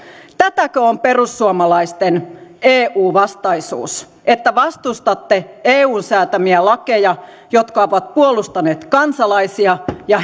tätäkö on perussuomalaisten eu vastaisuus että vastustatte eun säätämiä lakeja jotka ovat puolustaneet kansalaisia ja